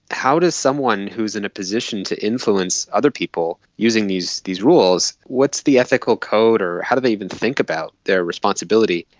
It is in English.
how does someone who is in a position to influence other people using these these rules, what's the ethical code or how do they even think about their responsibility?